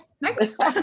Next